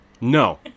No